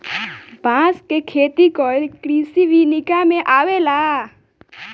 बांस के खेती कइल कृषि विनिका में अवेला